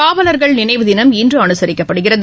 காவலர்கள் நினைவு தினம் இன்று அனுசரிக்கப்படுகிறது